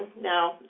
Now